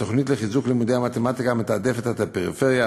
התוכנית לחיזוק לימודי המתמטיקה מתעדפת את הפריפריה,